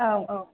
औ औ